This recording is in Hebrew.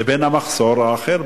והמחסור האחר,